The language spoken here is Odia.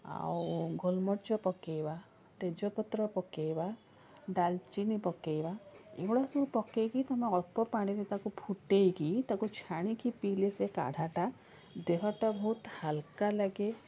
ଆଉ ଗୋଲମରିଚ ପକେଇବା ତେଜପତ୍ର ପକେଇବା ଡାଲଚିନି ପକେଇବା ଏହିଭଳିଆ ସବୁ ପକେଇକି ତୁମେ ଅଳ୍ପ ପାଣିରେ ତାକୁ ଫୁଟେଇକି ତାକୁ ଛାଣିକି ପିଇଲେ ସେ କାଢ଼ାଟା ଦେହଟା ବହୁତ ହଲୁକା ଲାଗେ